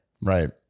Right